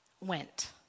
went